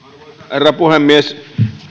herra puhemies